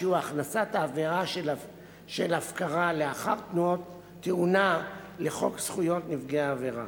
שהוא הכנסת העבירה של הפקרה לאחר תאונה לחוק זכויות נפגעי עבירה.